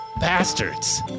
bastards